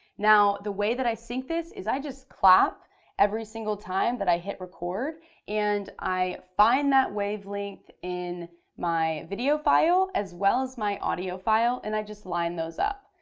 now the way that i sync this is i just clap every single time that i hit record and i find that wavelength in my video file as well as my audio file and i just line those up.